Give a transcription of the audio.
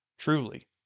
Truly